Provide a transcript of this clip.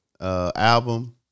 album